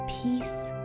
Peace